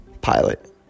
pilot